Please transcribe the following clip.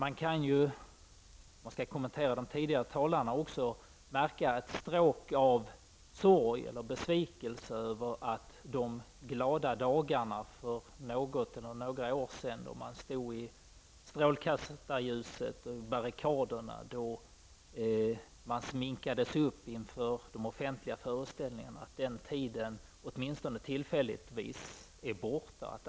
Av de tidigare talarna kan man märka ett stråk av sorg eller besvikelse över att de glada dagarna för några år sedan, då man stod uppsminkad inför de offentliga föreställningarna i stålkastarljuset uppe på barrikaderna, åtminstone tillfälligtvis är förbi.